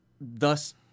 thus